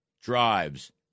drives